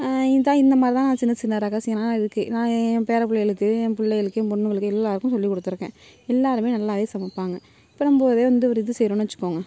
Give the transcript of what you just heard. இதுதான் இந்த மாதிரி தான் நான் சின்ன சின்ன ரகசியெலாம் இருக்குது நான் என் பேர பிள்ளைகளுக்கு என் பிள்ளைகளுக்கு என் பொண்ணுங்களுக்கு எல்லாேருக்கும் சொல்லி கொடுத்துருக்கேன் எல்லாேருமே நல்லாவே சமைப்பாங்க இப்போ நம்ம அதே வந்து ஒரு இது செய்கிறோன்னு வச்சுக்கோங்க